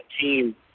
team